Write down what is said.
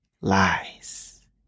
lies